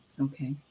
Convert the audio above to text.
Okay